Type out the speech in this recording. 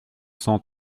cent